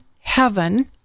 heaven